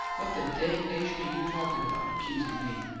what the dangnation you talking about accusing me!